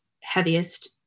heaviest